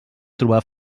trobar